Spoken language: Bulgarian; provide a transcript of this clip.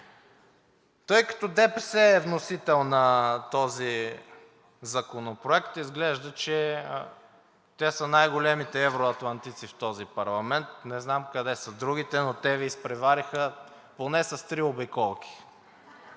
Тъй като ДПС е вносител на този законопроект, изглежда, че те са най-големите евроатлантици в този парламент, не знам къде са другите, но те Ви изпревариха поне с три обиколки